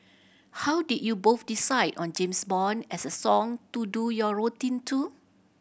how did you both decide on James Bond as a song to do your routine to